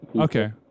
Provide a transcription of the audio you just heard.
Okay